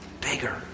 bigger